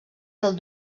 del